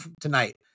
tonight